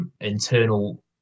internal